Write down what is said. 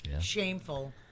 shameful